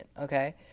okay